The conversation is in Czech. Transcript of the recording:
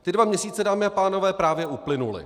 Ty dva měsíce, dámy a pánové, právě uplynuly.